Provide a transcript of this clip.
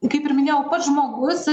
kaip ir minėjau pats žmogus